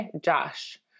josh